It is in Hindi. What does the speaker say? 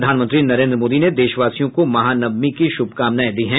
प्रधानमंत्री नरेंद्र मोदी ने देशवासियों को महानवमी की शुभकामनाएं दी हैं